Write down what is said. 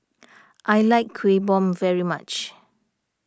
I like Kueh Bom very much